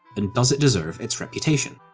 and does it deserve its reputation?